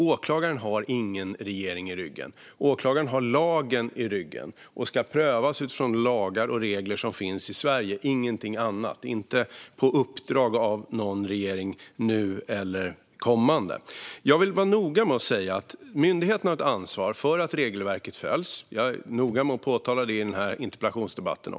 Åklagaren har ingen regering i ryggen. Men åklagaren har lagen i ryggen och ska prövas utifrån de lagar och regler som gäller i Sverige, ingenting annat - inte på uppdrag av någon regering, vare sig den nuvarande eller någon kommande regering. Myndigheterna har ett ansvar för att regelverket följs. Jag är noga med att framhålla det i den här interpellationsdebatten.